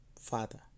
father